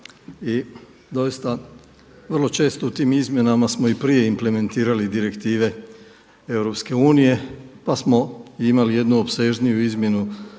i doista vrlo često u tim izmjenama smo i prije implementirali direktive EU pa smo imali jednu opsežniju izmjenu